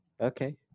Okay